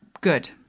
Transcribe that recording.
good